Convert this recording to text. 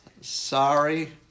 Sorry